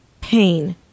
pain